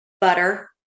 Butter